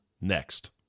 next